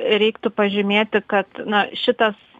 reiktų pažymėti kad na šitas